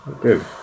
Good